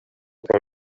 pro